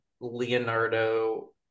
Leonardo